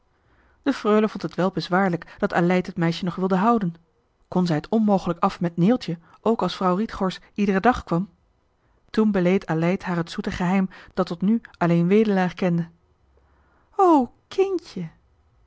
de freule vond het wel bezwaarlijk dat aleid het meisje nog wilde houden kon zij het onmogelijk af met neeltje ook als vrouw rietgors iederen dag kwam toen beleed aleid haar het zoete geheim dat tot nu alleen wedelaar kende o kindje